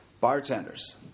bartenders